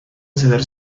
encender